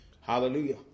hallelujah